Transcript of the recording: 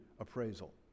appraisal